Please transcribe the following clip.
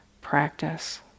practice